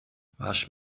wasch